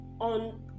on